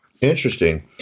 Interesting